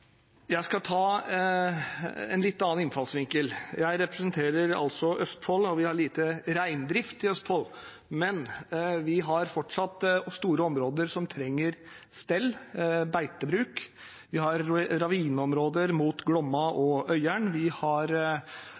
Jeg skal ta en litt annen innfallsvinkel. Jeg representerer Østfold. Vi har lite reindrift i Østfold, men vi har fortsatt store områder som trenger stell, trenger beitebruk. Vi har ravineområder mot Glomma og Øyeren. Vi har